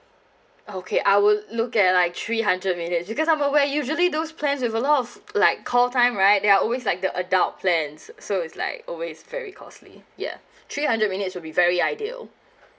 uh okay I will look at like three hundred minutes because I'm aware usually those plans with a lot of like call time right they are always like the adult plans so it's like always very costly ya three hundred minutes will be very ideal